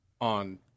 On